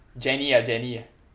jennie ah jennie ah